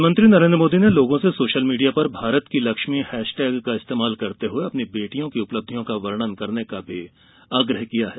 प्रधानमंत्री नरेन्द्र मोदी ने लोगों से सोशल मीडिया पर भारत की लक्ष्मी हैशटैग का इस्तेमाल करते हुए अपनी बेटियों की उपलब्धियों का वर्णन करने का आग्रह किया है